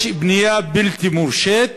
יש בנייה בלתי מורשית